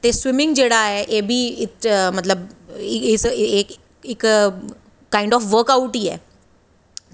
ते स्विमिंग जेह्ड़ा ऐ एह्बी इक्क मतलब एह् इक्क काईंड ऑफ वर्क आऊट ई ऐ